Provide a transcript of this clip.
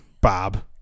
Bob